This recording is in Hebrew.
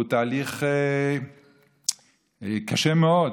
והוא תהליך קשה מאוד.